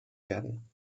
werden